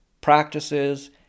practices